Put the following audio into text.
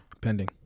Pending